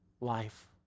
life